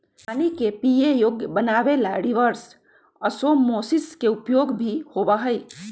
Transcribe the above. पानी के पीये योग्य बनावे ला रिवर्स ओस्मोसिस के उपयोग भी होबा हई